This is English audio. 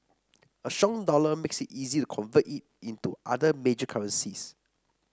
a strong dollar makes it easier to convert in into other major currencies